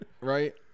right